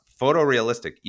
photorealistic